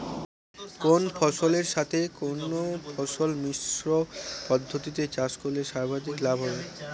কোন ফসলের সাথে কোন ফসল মিশ্র পদ্ধতিতে চাষ করলে সর্বাধিক লাভ হবে?